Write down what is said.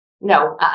no